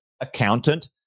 accountant